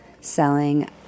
selling